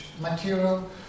material